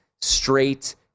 straight